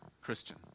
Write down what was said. Christian